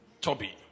Toby